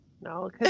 no